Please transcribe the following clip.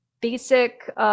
basic